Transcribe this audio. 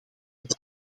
het